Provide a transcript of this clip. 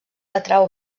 atrau